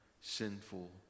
sinful